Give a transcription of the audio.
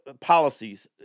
policies